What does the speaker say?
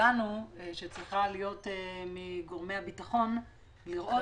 שלנו שצריכה להיות מגורמי הביטחון שיכולים לראות